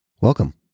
Welcome